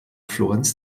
florenz